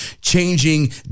changing